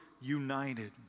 united